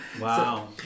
Wow